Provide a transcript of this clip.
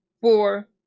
four